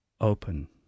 Open